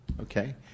Okay